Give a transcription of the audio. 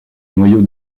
noyau